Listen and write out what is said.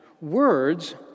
Words